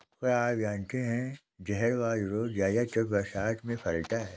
क्या आप जानते है जहरवाद रोग ज्यादातर बरसात में फैलता है?